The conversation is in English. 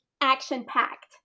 action-packed